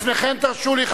לפני כן תרשו לי,